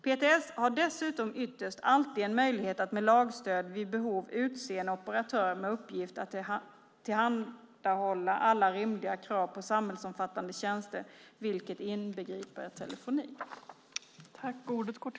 PTS har dessutom ytterst alltid en möjlighet att med lagstöd vid behov utse en operatör med uppgift att tillhandahålla alla rimliga krav på samhällsomfattande tjänster, vilket inbegriper telefoni.